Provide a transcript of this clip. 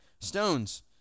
stones